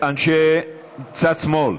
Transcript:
אנשי צד שמאל,